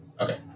Okay